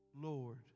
Lord